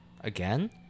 again